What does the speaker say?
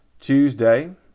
Tuesday